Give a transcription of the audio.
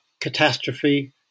catastrophe